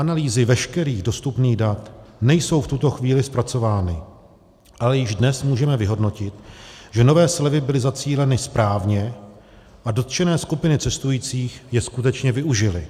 Analýzy veškerých dostupných dat nejsou v tuto chvíli zpracovány, ale již dnes můžeme vyhodnotit, že nové slevy byly zacíleny správně a dotčené skupiny cestujících je skutečně využily.